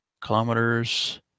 kilometers